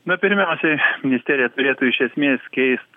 na pirmiausiai ministerija turėtų iš esmės keist